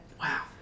Wow